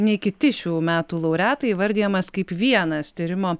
nei kiti šių metų laureatai įvardijamas kaip vienas tyrimo